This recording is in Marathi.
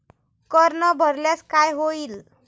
कर न भरल्यास काय होईल?